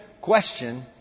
question